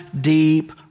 deep